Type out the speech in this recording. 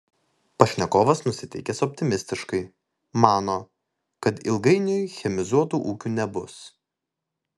pašnekovas nusiteikęs optimistiškai mano kad ilgainiui chemizuotų ūkių nebus